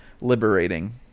liberating